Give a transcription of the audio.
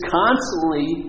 constantly